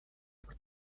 por